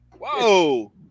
Whoa